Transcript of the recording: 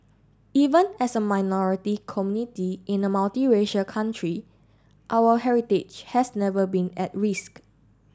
even as a minority committee in a multiracial country our heritage has never been at risk